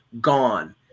gone